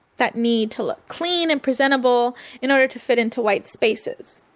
that need to look clean and presentable in order to fit into white spaces.